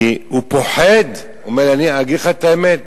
כי הוא פוחד, הוא אומר: אגיד לך את האמת,